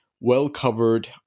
well-covered